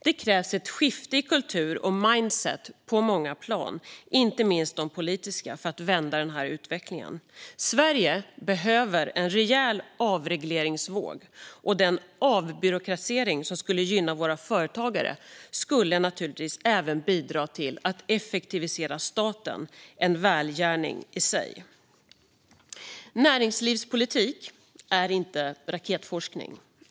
Det krävs ett skifte i kultur och mindset på många plan, inte minst de politiska, för att vända den här utvecklingen. Sverige behöver en rejäl avregleringsvåg. Den avbyråkratisering som skulle gynna våra företagare skulle naturligtvis även bidra till att effektivisera staten - en välgärning i sig. Näringslivspolitik är inte raketforskning.